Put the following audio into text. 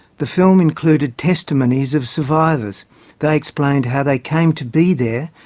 the film included testimonies of survivors they explained how they came to be there,